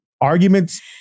arguments